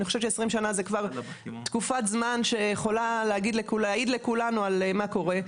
אני חושבת שעשרים שנה זו כבר תקופת זמן שיכולה להעיד לכולנו על מה קורה.